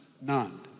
None